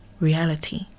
reality